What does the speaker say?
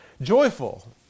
Joyful